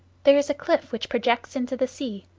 there is a cliff which projects into the sea,